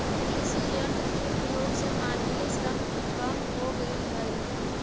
कृषि यन्त्र के प्रयोग से मानवीय श्रम कम हो गेल हई